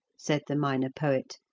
said the minor poet,